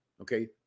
Okay